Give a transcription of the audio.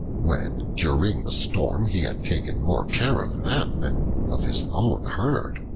when during the storm he had taken more care of them than of his own herd.